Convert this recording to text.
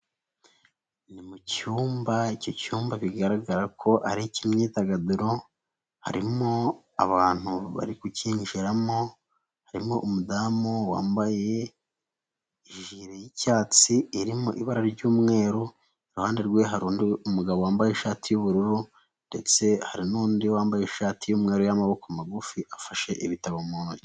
Ni mu cyumba, icyo cyumba bigaragara ko ari ik'imyidagaduro, harimo abantu bari kucyinjiramo, harimo umudamu wambaye ijire y'icyatsi irimo ibara ry'umweru, iruhande rwe hari undi mugabo wambaye ishati y'ubururu ndetse hari n'undi wambaye ishati y'umweru n'amaboko magufi, afashe ibitabo mu ntoki.